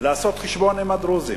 לעשות חשבון עם הדרוזים